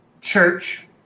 church